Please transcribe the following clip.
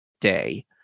day